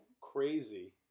crazy